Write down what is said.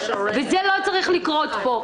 זה לא צריך לקרות פה.